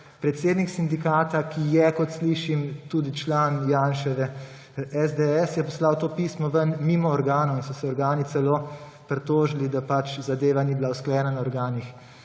predsednik sindikata, ki je, kot slišim, tudi član Janševe SDS, je poslal to pismo ven mimo organov in so se organi celo pritožili, da zadeva ni bila usklajena na organih